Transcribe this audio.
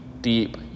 deep